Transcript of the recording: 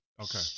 Okay